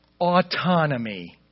autonomy